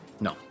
No